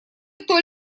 кто